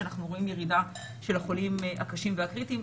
שאנחנו רואים ירידה של החולים הקשים והקריטיים,